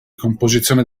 composizione